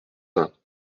quentin